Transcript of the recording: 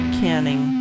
canning